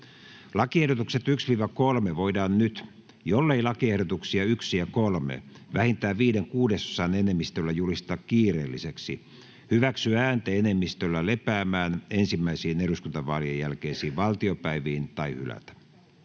Lakiehdotukset 1—3 voidaan nyt, jollei lakiehdotuksia 1 ja 3 vähintään viiden kuudesosan enemmistöllä julisteta kiireelliseksi, hyväksyä äänten enemmistöllä lepäämään ensimmäisiin eduskuntavaalien jälkeisiin valtiopäiviin tai hylätä.